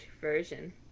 version